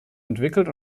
entwickelt